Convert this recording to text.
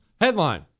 headline